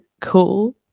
cool